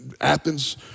Athens